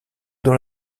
dans